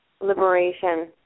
liberation